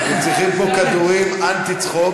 אנחנו צריכים פה כדורים אנטי-צחוק.